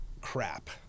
crap